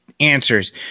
Answers